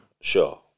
Sure